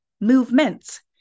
movements